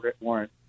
warrant